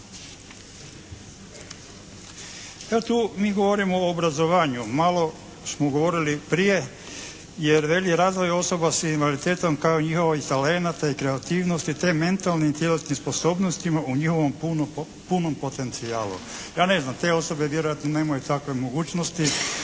Evo tu mi govorimo o obrazovanju. Malo smo govorili prije jer veli: «Razvoj osoba s invaliditetom kao i njihovih talenata i kreativnosti te mentalnim i tjelesnim sposobnostima u njihovom punom potencijalu». Ja ne znam te osobe vjerojatno nemaju takve mogućnosti